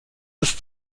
ist